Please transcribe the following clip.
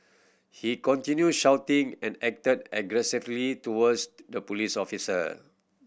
he continued shouting and acted aggressively towards the police officer